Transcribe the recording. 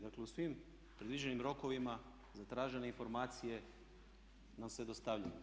Dakle u svim predviđenim rokovima zatražene informacije nam se dostavljaju.